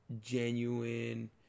genuine